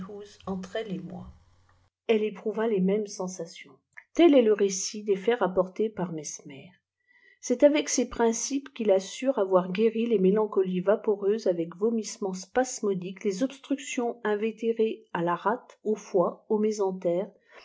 entre elle et moi elle éprouva les mêmes tel est le récit des faits rapportés par mesmer c'est avec ces principes qu'il assure avoir guéri des mélancolies vaporeuses avec vomissement spasmodique des obstructions invétérées à ta rate au foie au